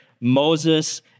Moses